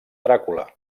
dràcula